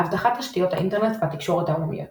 אבטחת תשתיות האינטרנט והתקשורת העולמיות